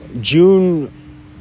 June